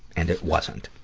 and it wasn't.